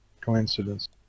Coincidence